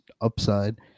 upside